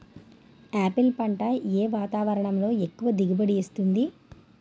Apple పంట ఏ వాతావరణంలో ఎక్కువ దిగుబడి ఇస్తుంది?